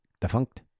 Defunct